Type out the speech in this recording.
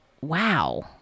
wow